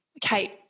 Kate